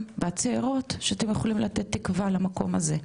והצעירות שאתם יכולים לתת תקווה למקום הזה,